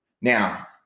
Now